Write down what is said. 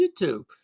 YouTube